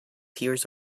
hears